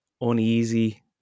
uneasy